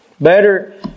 Better